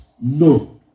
No